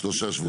שלושה שבועות.